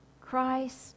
Christ